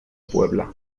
puebla